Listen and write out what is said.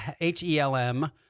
H-E-L-M